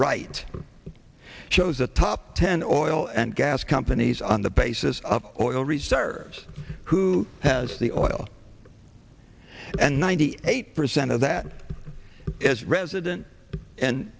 right shows the top ten or well and gas companies on the basis of oil reserves who has the oil and ninety eight percent of that is resident and